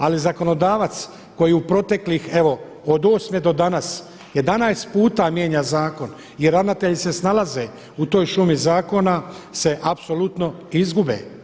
Ali zakonodavac koji u proteklih evo od 8. do danas 11 puta mijenja zakon i ravnatelji se snalaze, u toj šumi zakona se apsolutno izgube.